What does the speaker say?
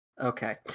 Okay